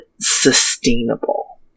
sustainable